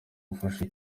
ufashe